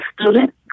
student